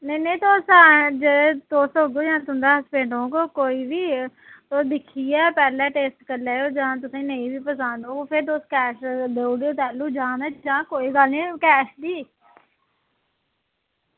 ना ना तुस औगे जां तुं'दा हसबैंड औग कोई बी ओह् दिक्खियै पैह्लें ते करी लैएओ जान जां पनछान पैसे देई ओड़ेओ में कैह्लूं बी जांऽ